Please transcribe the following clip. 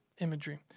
imagery